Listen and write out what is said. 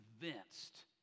convinced